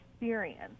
experience